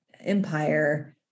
empire